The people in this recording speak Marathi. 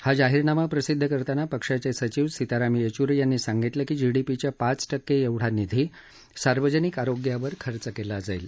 हा जाहीरनामा प्रसिद्ध करताना पक्षाचे सचिव सीताराम येच्री यांनी सांगितलं की जीडीपीच्या पाच टक्के एवढा निधी सार्वजनिक आरोग्यावर खर्च केला जाईल